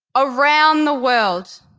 around the world